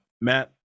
Matt